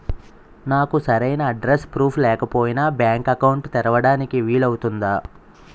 నాకు సరైన address proof లేకపోయినా బ్యాంక్ అకౌంట్ తెరవడానికి వీలవుతుందా?